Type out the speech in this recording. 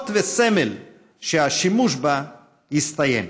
אות וסמל שהשימוש בה הסתיים.